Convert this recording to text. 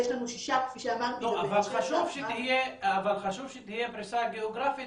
אבל חשוב שתהיה פריסה גיאוגרפית,